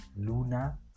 luna